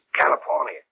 California